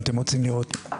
אם אתם רוצים לראות.